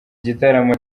gitaramo